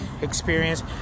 experience